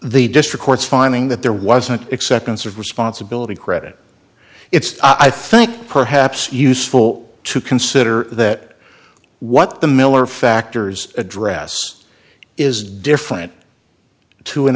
the district court's finding that there was an acceptance of responsibility credit it's i think perhaps useful to consider that what the miller factors address is different to an